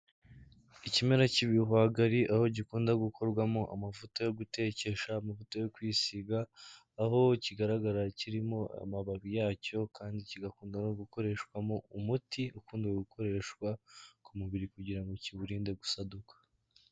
Ikimera cy'ibihwagari aho gikunda gukorwamo amavuta yo gutekesha, amavuta yo kwisiga, aho kigaragara kirimo amababi yacyo, kandi kigakunda no gukoreshwamo umuti, ukunda gukoreshwa ku mubiri kugira ngo kiwurinde gusaduka.